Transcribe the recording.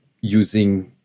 using